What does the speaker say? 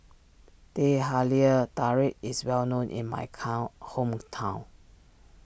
Teh Halia Tarik is well known in my cow hometown